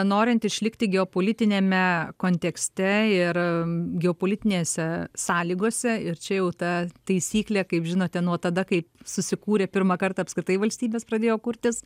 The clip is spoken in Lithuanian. norint išlikti geopolitiniame kontekste ir geopolitinėse sąlygose ir čia jau ta taisyklė kaip žinote nuo tada kai susikūrė pirmą kartą apskritai valstybės pradėjo kurtis